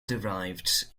derived